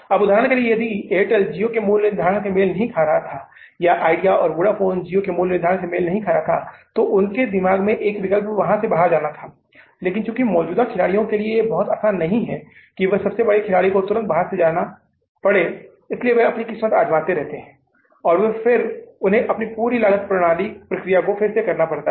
अब उदाहरण के लिए यदि एयरटेल Jio के मूल्य निर्धारण से मेल नहीं खा रहा था या Idea और Vodafone Jio के मूल्य निर्धारण से मेल नहीं खा रहे थे तो उनके दिमाग में एक विकल्प वहां से बाहर जाना था लेकिन चूंकि मौजूदा खिलाड़ियों के लिए बहुत आसान नहीं है कि सबसे बड़े खिलाड़ी को तुरंत बाजार से बाहर जाना पड़े इसलिए वे अपनी किस्मत आजमाते रहते हैं और फिर उन्हें अपनी पूरी लागत प्रक्रिया को फिर से करना पड़ता है